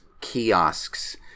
kiosks